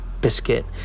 biscuit